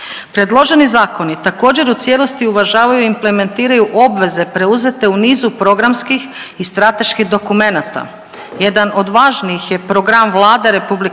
Predloženi zakoni također u cijelosti uvažavaju i implementiraju obveze preuzete u nizu programskih i strateških dokumenata. Jedan od važnijih je program Vlade